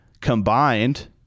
combined